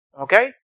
Okay